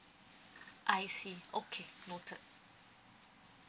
I see okay noted